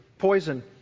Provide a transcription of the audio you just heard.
poison